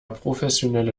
professionelle